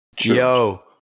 Yo